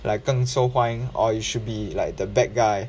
like 更受欢迎 or it should be like the bad guy